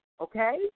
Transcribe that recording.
okay